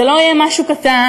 זה לא יהיה משהו קטן,